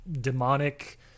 demonic